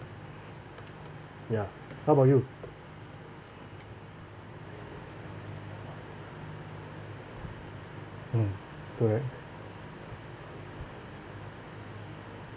ya how about you mm correct